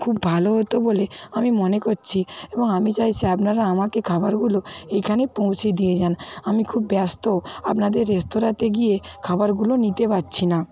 খুব ভালো হতো বলে আমি মনে করছি এবং আমি চাইছি আপনারা আমাকে খাবারগুলো এইখানে পৌঁছে দিয়ে যান আমি খুব ব্যস্ত আপনাদের রেস্তোরাঁতে গিয়ে খাবারগুলো নিতে পারছি না